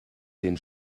den